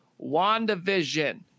wandavision